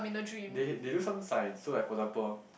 they they do some science so like for example